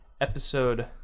episode